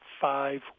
five